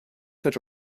such